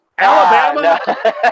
Alabama